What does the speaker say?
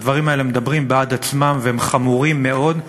הדברים האלה מדברים בעד עצמם, והם חמורים מאוד,